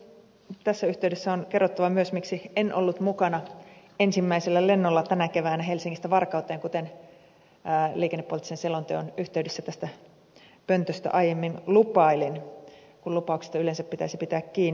tässä yhteydessä on kerrottava myös miksi en ollut mukana ensimmäisellä lennolla tänä keväänä helsingistä varkauteen kuten liikennepoliittisen selonteon yhteydessä tästä pöntöstä aiemmin lupailin kun lupauksista yleensä pitäisi pitää kiinni